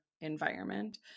environment